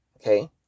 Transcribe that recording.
Okay